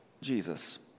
Jesus